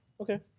Okay